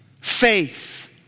Faith